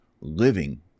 living